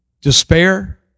despair